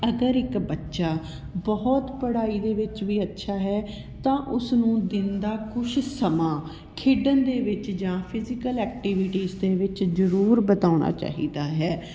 ਅਗਰ ਇੱਕ ਬੱਚਾ ਬਹੁਤ ਪੜ੍ਹਾਈ ਦੇ ਵਿੱਚ ਵੀ ਅੱਛਾ ਹੈ ਤਾਂ ਉਸਨੂੰ ਦਿਨ ਦਾ ਕੁਛ ਸਮਾਂ ਖੇਡਣ ਦੇ ਵਿੱਚ ਜਾਂ ਫਿਜ਼ੀਕਲ ਐਕਟੀਵੀਜ਼ ਦੇ ਵਿੱਚ ਜ਼ਰੂਰ ਬਿਤਾਉਣਾ ਚਾਹੀਦਾ ਹੈ